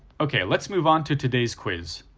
okay let's move on to today's quiz.